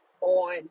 on